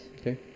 Okay